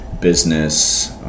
business